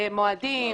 מועדים,